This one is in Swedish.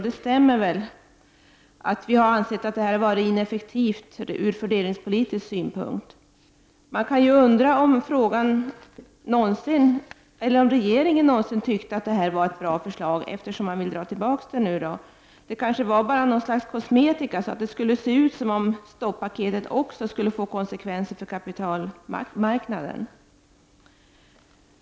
Det stämmer väl att vi har ansett att detta är ineffektivt ur fördelningspolitisk synpunkt. Man kan undra om regeringen någonsin har tyckt att det var ett bra förslag, eftersom man nu vill dra tillbaka det. Det kanske bara var något slags kosmetika, så att det skulle se ut som om stoppaketet också skulle få konsekvenser för kapitalmarknaden.